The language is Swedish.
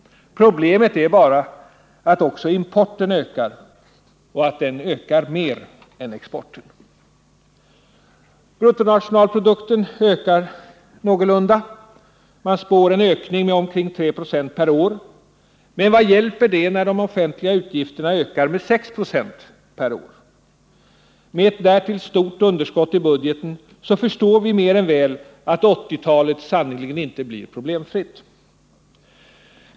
Problemet är bara att också importen ökar och att den ökar mer än exporten. Bruttonationalprodukten ökar någorlunda. Man spår en ökning med omkring 3 26 per år. Men vad hjälper det när de offentliga utgifterna ökar med 6 926 per år? Med därtill ett stort underskott i budgeten förstår vi mer än väl att 1980-talet sannerligen inte blir problemfritt.